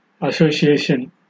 association